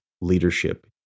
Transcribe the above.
leadership